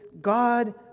God